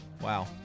Wow